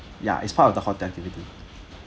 ya it's part of the hotel activity